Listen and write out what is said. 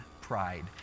pride